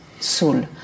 soul